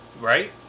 right